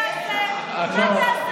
אדוני, אלף פעם תחזור על השקר, לא יהפוך לאמת.